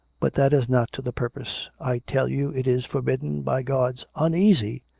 but that is not to the purpose. i tell you it is forbidden by god's' uneasy!